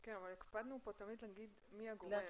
כן, אבל תמיד הקפדנו לומר מי הגורם.